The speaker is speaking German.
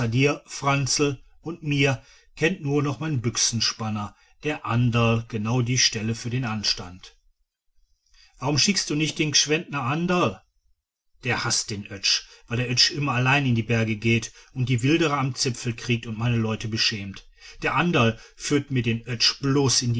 franzl und mir kennt nur noch mein büchsenspanner der anderl genau die stelle für den anstand warum schickst du nicht den gschwendtner anderl der haßt den oetsch weil der oetsch immer allein in die berge geht und die wilderer am zipfel kriegt und meine leute beschämt der anderl führt mir den oetsch bloß